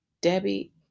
Debbie